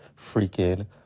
freaking